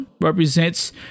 represents